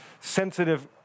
sensitive